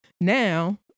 now